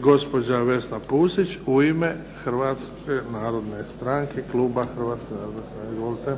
Gospođa Vesna Pusić u ime Hrvatske narodne stranke, kluba Hrvatska narodna stranka. Izvolite.